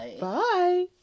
Bye